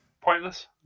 pointless